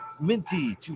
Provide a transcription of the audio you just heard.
Minty